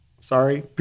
Sorry